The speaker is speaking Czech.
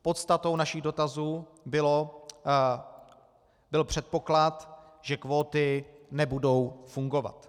Podstatou našich dotazů byl předpoklad, že kvóty nebudou fungovat.